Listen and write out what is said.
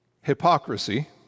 Hypocrisy